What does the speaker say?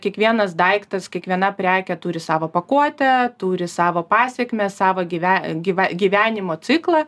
kiekvienas daiktas kiekviena prekė turi savą pakuotę turi savo pasekmes savo gyve gyve gyvenimo ciklą